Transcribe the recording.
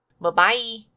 Bye-bye